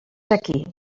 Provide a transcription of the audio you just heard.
aquí